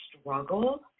struggle